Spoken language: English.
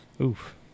Oof